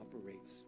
operates